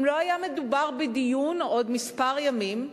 אם לא היה מדובר בדיון בעוד כמה ימים,